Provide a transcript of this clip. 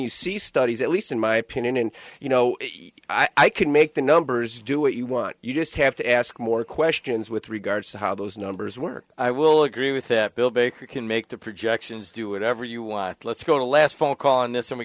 you see studies at least in my opinion and you know i can make the numbers do what you want you just have to ask more questions with regards to how those numbers work i will agree with that bill baker can make the projections do whatever you want let's go to last fall call on this and we